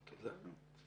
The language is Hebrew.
תודה.